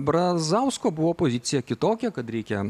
brazausko buvo pozicija kitokia kad reikia